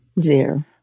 Zero